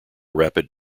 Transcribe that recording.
rapid